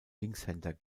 linkshänder